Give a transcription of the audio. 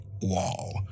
wall